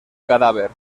cadáver